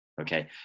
Okay